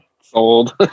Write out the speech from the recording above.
Sold